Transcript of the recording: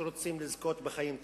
שרוצים לזכות בחיים טבעיים.